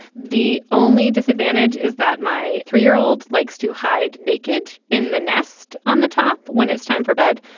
the only disadvantage is that my three year old likes to hide naked in the nest on the top. when it's time for bed.